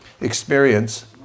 experience